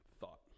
thought